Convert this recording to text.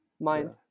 mind